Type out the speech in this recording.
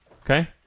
okay